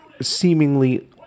seemingly